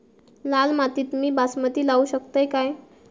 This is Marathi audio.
लाल मातीत मी बासमती लावू शकतय काय?